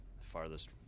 farthest